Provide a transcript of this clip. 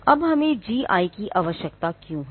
अब हमें G I की आवश्यकता क्यों है